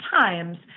times